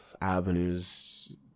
avenues